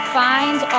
find